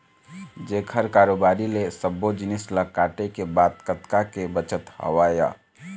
जेखर कारोबारी ले सब्बो जिनिस ल काटे के बाद कतका के बचत हवय